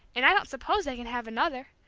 and i don't suppose they can have another.